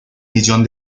millón